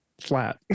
flat